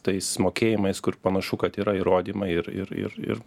tais mokėjimais kur panašu kad yra įrodymai ir ir ir ir